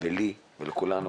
ולי ולכולנו